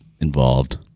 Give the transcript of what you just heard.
involved